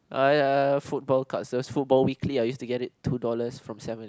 err football cards those football weekly I used to get it two dollars from Seven Eleven